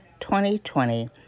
2020